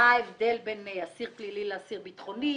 מה ההבדל בין אסיר פלילי לאסיר בטחוני?